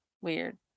Weird